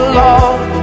love